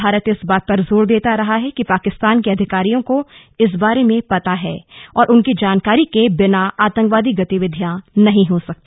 भारत इस बात पर जोर देता रहा है कि पाकिस्तान के अधिकारियों को इस बारे में पता है और उनकी जानकारी के बिना आतंकवादी गतिविधियां नहीं हो सकती